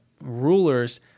rulers